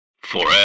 forever